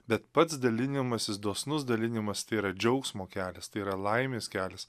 bet pats dalinimasis dosnus dalinimas tai yra džiaugsmo kelias tai yra laimės kelias